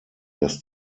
dass